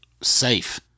safe